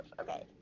okay